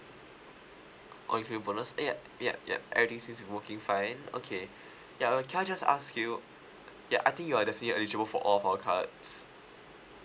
all including bonus eh ya yup yup everything seems working fine okay ya uh can I just ask you ya I think you are definitely eligible for all of our cards